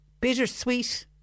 bittersweet